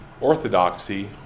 orthodoxy